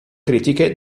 critiche